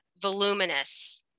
voluminous